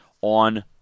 on